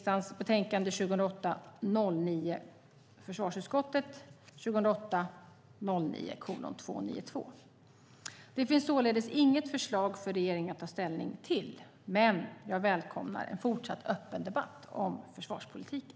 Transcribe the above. Det finns således inget förslag för regeringen att ta ställning till, men jag välkomnar en fortsatt öppen debatt om försvarspolitiken.